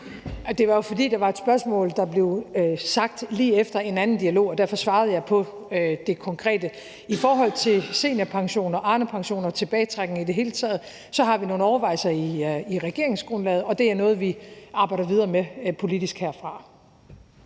Det var jo, fordi det var et spørgsmål, der blev stillet lige efter en anden dialog, og derfor svarede jeg på det konkrete. I forhold til seniorpension, Arnepension og tilbagetrækning i det hele taget har vi nogle overvejelser i regeringsgrundlaget, og det er noget, vi arbejder videre med politisk herfra.